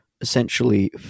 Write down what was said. essentially